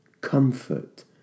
comfort